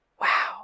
Wow